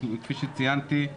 כפי שציינתי,